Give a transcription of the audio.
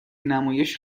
نمایش